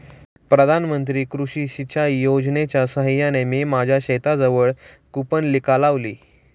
प्रधानमंत्री कृषी सिंचाई योजनेच्या साहाय्याने मी माझ्या शेताजवळ कूपनलिका लावली